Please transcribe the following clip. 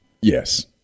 Yes